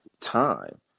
time